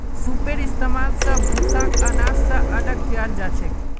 सूपेर इस्तेमाल स भूसाक आनाज स अलग कियाल जाछेक